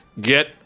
get